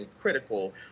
critical